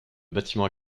bâtiment